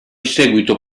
seguito